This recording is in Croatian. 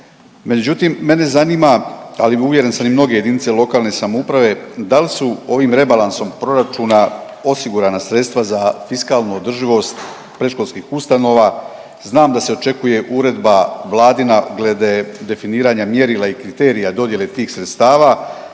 međutim mene zanima, ali uvjeren sam i mnoge JLS, dal su ovim rebalansom proračuna osigurana sredstva za fiskalnu održivost predškolskih ustanova? Znam da se očekuje uredba Vladina glede definiranja mjerila i kriterija dodjele tih sredstava,